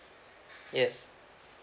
yes